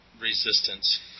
resistance